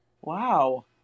Wow